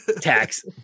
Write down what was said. tax